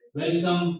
welcome